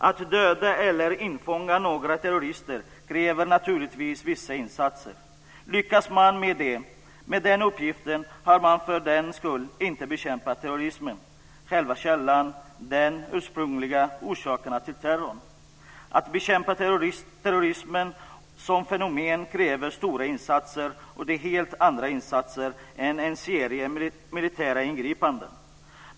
Att döda eller infånga några terrorister kräver naturligtvis vissa insatser. Lyckas man med den uppgiften har man för den skull inte bekämpat terrorismen eller själva källan och den ursprungliga orsaken till terrorn. Att bekämpa terrorismen som fenomen kräver stora insatser. Det är helt andra insatser än en serie militära ingripanden.